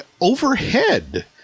overhead